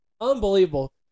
unbelievable